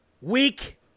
Weak